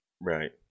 Right